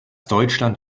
deutschland